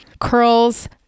Curls